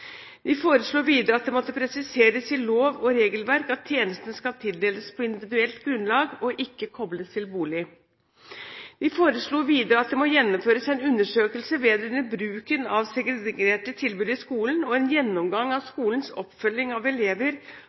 foreslo videre at det måtte presiseres i lov og regelverk at tjenestene skal tildeles på individuelt grunnlag og ikke kobles til bolig. De foreslo også at det må gjennomføres en undersøkelse vedrørende bruken av segregerte tilbud i skolen og en gjennomgang av skolens oppfølging av elever